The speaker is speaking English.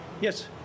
Yes